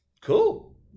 Cool